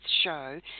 show